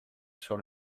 sur